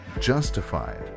justified